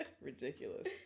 Ridiculous